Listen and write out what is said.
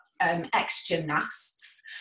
ex-gymnasts